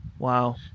Wow